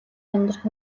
амьдрах